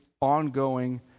ongoing